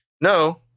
No